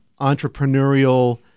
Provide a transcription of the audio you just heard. entrepreneurial